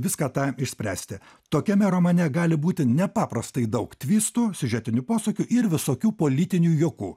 viską tą išspręsti tokiame romane gali būti nepaprastai daug tvistų siužetinių posūkių ir visokių politinių juokų